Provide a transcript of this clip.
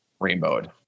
rainbowed